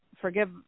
forgive